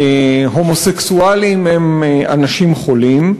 "הומוסקסואלים הם אנשים חולים",